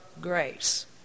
grace